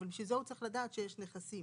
אבל בשביל זה הוא צריך לדעת שיש נכסים.